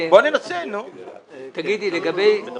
זה בתנאי --- מהמטוס.